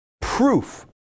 proof